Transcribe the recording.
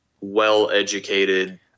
well-educated